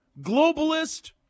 globalist